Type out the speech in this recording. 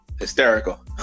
Hysterical